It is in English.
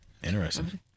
Interesting